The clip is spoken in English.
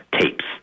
tapes